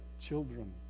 children